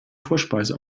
vorspeise